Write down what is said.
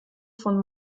von